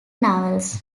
novels